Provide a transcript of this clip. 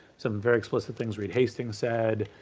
some very explicit things reed hastings said,